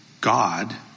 god